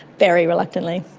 very reluctantly.